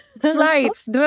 flights